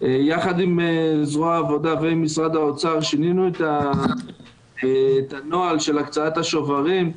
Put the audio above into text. יחד עם זרוע העבודה ומשרד האוצר שינינו את הנוהל של הקצאת השוברים.